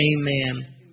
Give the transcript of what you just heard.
Amen